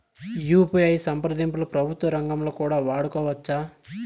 UPI సంప్రదింపులు ప్రభుత్వ రంగంలో కూడా వాడుకోవచ్చా?